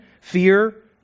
fear